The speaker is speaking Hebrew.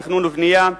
תכנון ובנייה ושירותים.